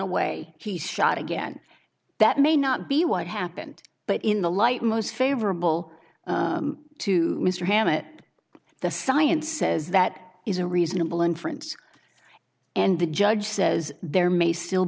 away he shot again that may not be what happened but in the light most favorable to mr hammett the science says that is a reasonable inference and the judge says there may still